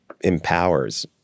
empowers